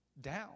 down